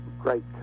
great